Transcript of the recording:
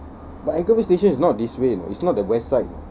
but anchorvale station is not this way is not the west side